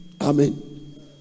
Amen